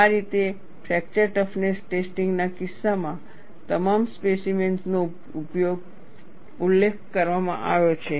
આ રીતે fracture toughness testing ના કિસ્સામાં તમામ સ્પેસિમેન્સ નો ઉલ્લેખ કરવામાં આવ્યો છે